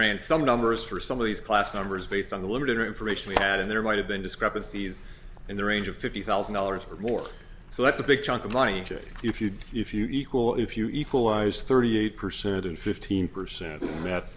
ran some numbers for some of these class numbers based on the limited information we had and there might have been discrepancies in the range of fifty thousand dollars or more so that's a big chunk of money if you do if you equal if you equalize thirty eight percent and fifteen percent